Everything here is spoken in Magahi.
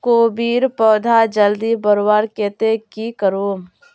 कोबीर पौधा जल्दी बढ़वार केते की करूम?